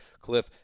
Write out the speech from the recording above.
Cliff